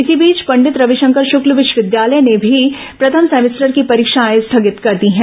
इस बीच पंडित रविशंकर शुक्ल विश्वविद्यालय ने भी प्रथम सेमेस्टर की परीक्षाएं स्थगित कर दी हैं